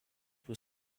were